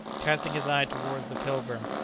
casting his eye towards the pilgrim,